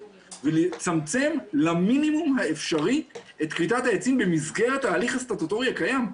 ולצמצם למינימום האפשרי את כריתת העצים במסגרת ההליך הסטטוטורי הקיים.